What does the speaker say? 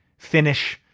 finish.